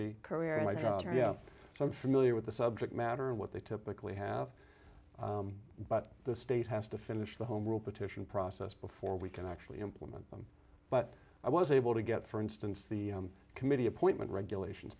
see career in my job area so i'm familiar with the subject matter and what they typically have but the state has to finish the homebrew petition process before we can actually implement them but i was able to get for instance the committee appointment regulations